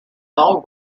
all